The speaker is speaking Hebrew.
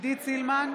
עידית סילמן,